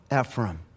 Ephraim